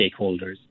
stakeholders